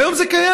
והיום זה קיים.